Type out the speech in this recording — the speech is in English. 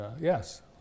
yes